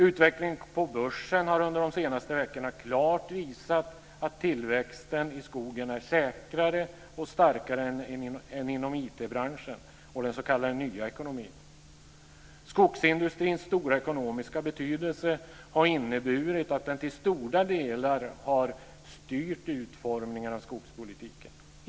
Utvecklingen på börsen har under de senaste veckorna klart visat att tillväxten i skogen är säkrare och starkare än inom IT-branschen och den s.k. nya ekonomin. Skogsindustrins stora ekonomiska betydelse har inneburit att den till stora delar har styrt utformningen av skogspolitiken.